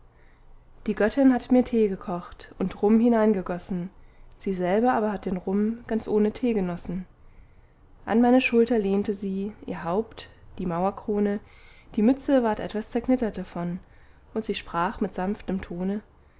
die göttin hat mir tee gekocht und rum hineingegossen sie selber aber hat den rum ganz ohne tee genossen an meine schulter lehnte sie ihr haupt die mauerkrone die mütze ward etwas zerknittert davon und sie sprach mit sanftem tone